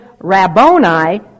Rabboni